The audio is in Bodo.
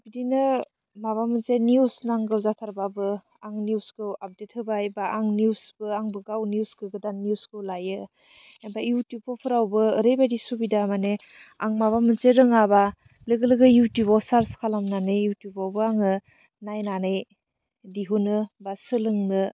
बिब्दिनो माबा मोनसे निउस नांगौ जाथारबाबो आं निउसखौ आफडेट होबाय बा आं निउसबो आंबो गाव निउस गोदान निउसखौ लायो ओमफाय इउटुबफोरावबो ओरैबादि सुबिदा मानि आं माबा मोनसे रोङाबा लोगो लोगो इउटुबआव सारस खालामनानै इउटुबावबो आङो नायनानै दिहुनो बा सोलोंनो